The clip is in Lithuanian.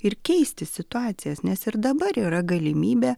ir keisti situacijas nes ir dabar yra galimybė